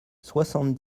soixante